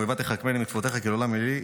"מֵאֹיְבַי תְּחַכְּמֵנִי מצותיך כי לעולם היא לי.